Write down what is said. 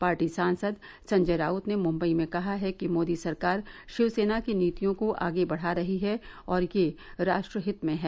party सांसद संजय राउत ने मुंबई में कहा है कि मोदी सरकार शिवसेना की नीतियों को आगे बढ़ा रही है और यह राष्ट्र हित में है